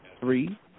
three